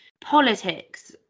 politics